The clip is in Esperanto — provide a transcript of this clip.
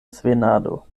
svenado